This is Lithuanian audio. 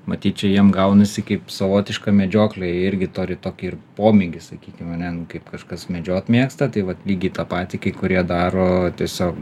matyt čia jiem gaunasi kaip savotiška medžioklė jie irgi turi tokį ir pomėgį sakykim ane nu kaip kažkas medžiot mėgsta tai vat lygiai tą patį kai kurie daro tiesiog